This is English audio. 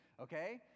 okay